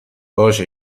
باشه